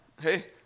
Hey